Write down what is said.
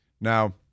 Now